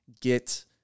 get